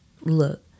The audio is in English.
Look